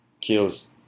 kills